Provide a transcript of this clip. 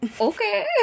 Okay